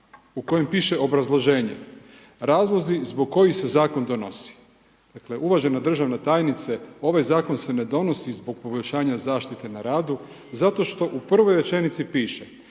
u kojem piše obrazloženje, razlozi zbog kojih se zakon donosi, dakle, uvažene državna tajnice, ovaj zakon se ne donosi zbog poboljšanja zaštite na radu, zato što u prvoj rečenici piše,